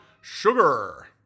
sugar